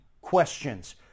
questions